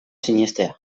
sinestea